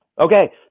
Okay